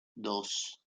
dos